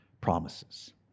promises